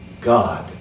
God